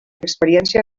experiència